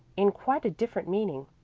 in quite a different meaning.